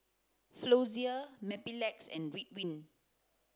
Floxia Mepilex and Ridwind